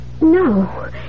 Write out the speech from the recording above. No